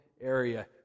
area